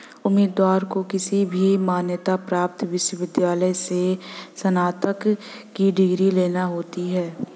उम्मीदवार को किसी भी मान्यता प्राप्त विश्वविद्यालय से स्नातक की डिग्री लेना होती है